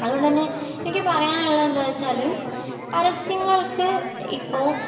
അതുകൊണ്ട് തന്നെ എനിക്ക് പറയാൻ ഉള്ളത് എന്താന്ന് വെച്ചാൽ പരസ്യങ്ങൾക്ക് ഇപ്പോൾ